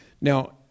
Now